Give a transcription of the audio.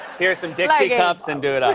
here's some dixie cups, and do it up.